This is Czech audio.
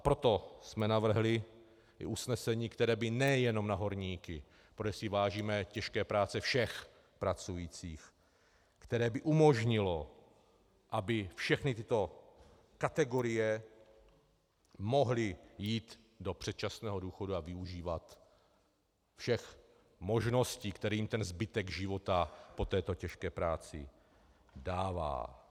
Proto jsme navrhli usnesení, které by nejen na horníky, protože si vážíme těžké práce všech pracujících, které by umožnilo, aby všechny tyto kategorie mohly jít do předčasného důchodu a využívat všech možností, které jim ten zbytek života po této těžké práci dává.